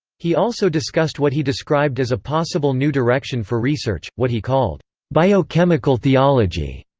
he also discussed what he described as a possible new direction for research, what he called biochemical theology.